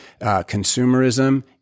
consumerism